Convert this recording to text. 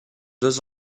deux